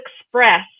express